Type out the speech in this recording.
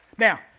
Now